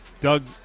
Doug –